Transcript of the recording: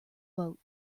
boat